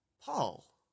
Paul